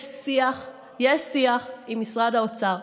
יש שיח עם משרד האוצר.